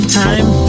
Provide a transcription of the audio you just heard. time